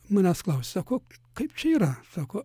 manęs klausia sako č kaip čia yra sako